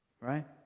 Right